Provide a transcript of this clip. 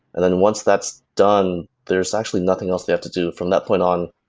and and once that's done, there's actually nothing else they have to do. from that point on,